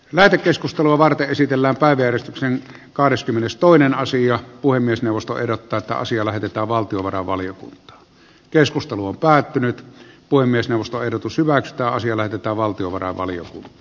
lähetekeskustelua varten esitellään taideristuksen kahdeskymmenestoinen asia puhemiesneuvosto ehdottaa että asia lähetetään valtiovarainvaliokuntaan keskustelu on päättynyt puhemiesneuvosto ehdotus hyväksytä asialle pitää valtiovarainvalion